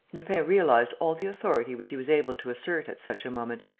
lupin realized all the authority which he was able to assert at such a moment,